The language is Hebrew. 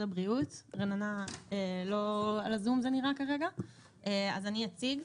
רננה לא על הזום כרגע אז אני אציג.